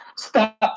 Stop